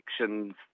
actions